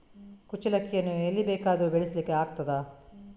ಕುಚ್ಚಲಕ್ಕಿಯನ್ನು ಎಲ್ಲಿ ಬೇಕಾದರೂ ಬೆಳೆಸ್ಲಿಕ್ಕೆ ಆಗ್ತದ?